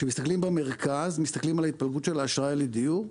כשמסתכלים על ההתפלגות של אשראי לדיור,